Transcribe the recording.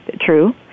true